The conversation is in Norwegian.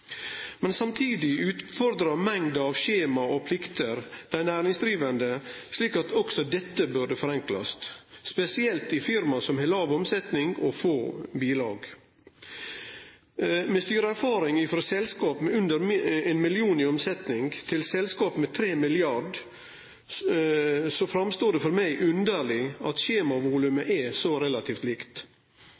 Men samtidig utfordrar mengda av skjema og plikter dei næringsdrivande slik at også dette burde forenklast, spesielt i firma som har låg omsetning og få vedlegg. Med styreerfaring frå selskap med under 1 mill. kr i omsetning til selskap med 3 mrd. kr i omsetning framstår det for meg som underleg at skjemavolumet er så – relativt – likt.